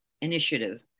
initiative